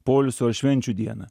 poilsio ar švenčių dieną